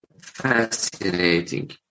fascinating